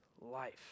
life